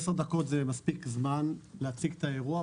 עשר דקות זה מספיק זמן להציג את האירוע,